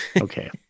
Okay